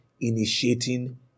initiating